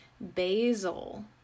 basil